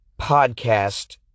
podcast